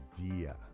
idea